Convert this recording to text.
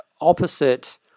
opposite